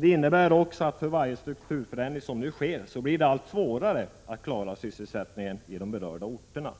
Det innebär också att för varje strukturförändring som nu sker blir det allt svårare att klara sysselsättningen i de berörda orterna.